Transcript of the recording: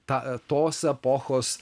tą tos epochos